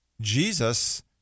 Jesus